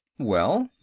well?